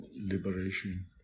liberation